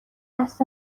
دست